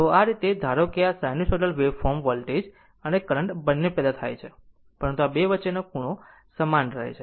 તો આ રીતે ધારો કે આ સાઈનુસાઇડલ વેવફોર્મ વોલ્ટેજ અને કરંટ બંને પેદા થાય છે પરંતુ આ 2 વચ્ચેનો ખૂણો સમાન રહે છે